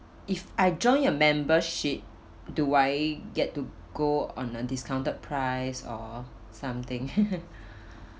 if I join your membership do I get to go on a discounted price or something